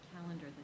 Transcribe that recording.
calendar